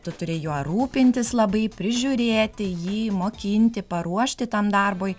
tu turi juo rūpintis labai prižiūrėti jį mokinti paruošti tam darbui